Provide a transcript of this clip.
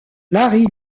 larry